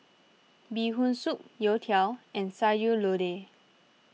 Bee Hoon Soup Youtiao and Sayur Lodeh